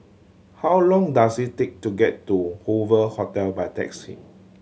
how long does it take to get to Hoover Hotel by taxi